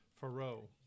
Faroe